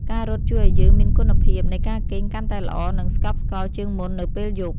ការរត់ជួយឱ្យយើងមានគុណភាពនៃការគេងកាន់តែល្អ និងស្កប់ស្កល់ជាងមុននៅពេលយប់។